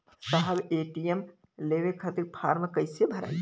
साहब ए.टी.एम लेवे खतीं फॉर्म कइसे भराई?